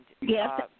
Yes